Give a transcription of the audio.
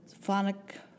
phonic